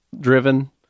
driven